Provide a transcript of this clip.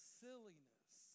silliness